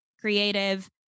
creative